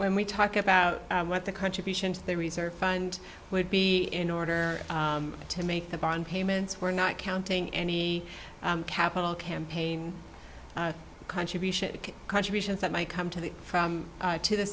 when we talk about what the contribution to the reserve fund would be in order to make the bond payments we're not counting any capital campaign contribution contributions that might come to the from to the